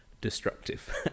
destructive